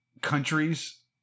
countries